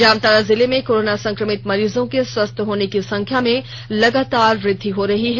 जामताड़ा जिले में कोरोना संक्रमित मरीजों के स्वस्थ होने की संख्या में लगातार वृद्धि हो रही है